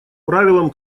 правилом